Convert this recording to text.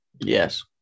Yes